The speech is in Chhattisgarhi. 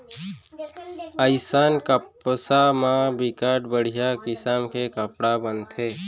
अइसन कपसा म बिकट बड़िहा किसम के कपड़ा बनथे